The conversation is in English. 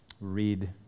Read